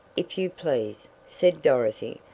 if you please, said dorothy,